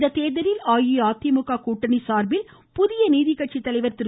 இத்தேர்தலில் அஇஅதிமுக கூட்டணி சார்பில் புதிய நீதிக்கட்சி தலைவர் திரு